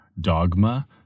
dogma